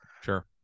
Sure